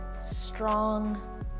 strong